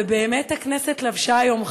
ובאמת הכנסת לבשה היום חג,